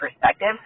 perspective